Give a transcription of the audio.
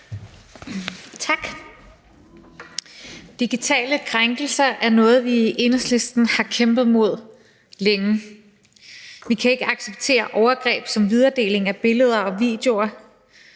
Tak. Digitale krænkelser er noget, som vi i Enhedslisten har kæmpet imod længe. Vi kan ikke acceptere de overgreb, som videredeling af billeder og videoer